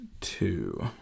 two